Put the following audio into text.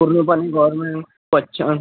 पूर्णपणे गवरमेन पच् छान